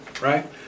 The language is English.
Right